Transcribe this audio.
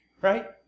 Right